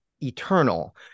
eternal